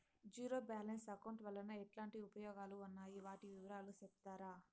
Zero balance account వలన ఎట్లాంటి ఉపయోగాలు ఉన్నాయి? వాటి వివరాలు సెప్తారా?